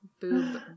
Boob